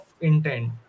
intent